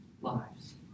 lives